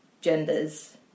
genders